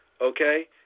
okay